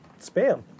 spam